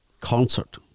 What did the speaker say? concert